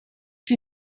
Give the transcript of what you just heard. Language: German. die